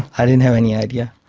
i didn't have any idea.